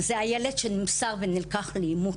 זה הילד שנלקח ונמסר לאימוץ.